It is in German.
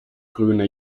grüne